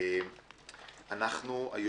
על